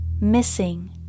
missing